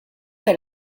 per